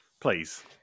Please